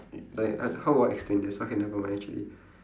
like I how will I explain this okay never mind actually